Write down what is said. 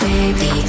Baby